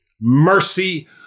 mercy